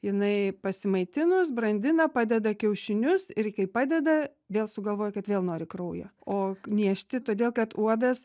jinai pasimaitinus brandina padeda kiaušinius ir kai padeda vėl sugalvoja kad vėl nori kraujo o niežti todėl kad uodas